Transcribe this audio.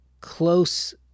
Close